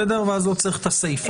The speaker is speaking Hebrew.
אז לא צריך את הסיפה.